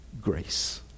Grace